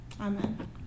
Amen